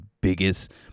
biggest